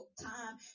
time